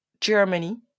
Germany